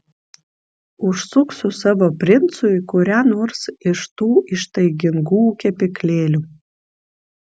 užsuk su savo princu į kurią nors iš tų ištaigingų kepyklėlių